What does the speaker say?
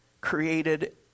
created